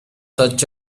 such